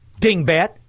dingbat